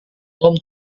tom